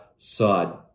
side